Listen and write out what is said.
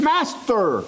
Master